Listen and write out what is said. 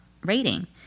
rating